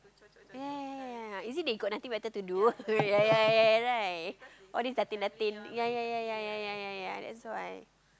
ya ya ya ya ya is it they got nothing better to do ya ya ya ya right all these datin datin ya ya ya ya ya ya ya ya that's why